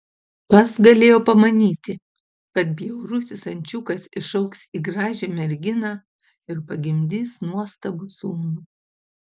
kas galėjo pamanyti kad bjaurusis ančiukas išaugs į gražią merginą ir pagimdys nuostabų sūnų